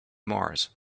mars